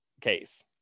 case